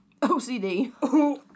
OCD